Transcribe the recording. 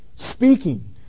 speaking